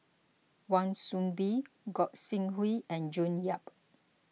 Wan Soon Bee Gog Sing Hooi and June Yap